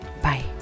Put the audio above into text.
Bye